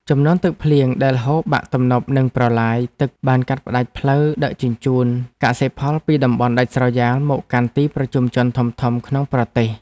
ជំនន់ទឹកភ្លៀងដែលហូរបាក់ទំនប់និងប្រឡាយទឹកបានកាត់ផ្តាច់ផ្លូវដឹកជញ្ជូនកសិផលពីតំបន់ដាច់ស្រយាលមកកាន់ទីប្រជុំជនធំៗក្នុងប្រទេស។